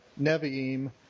Nevi'im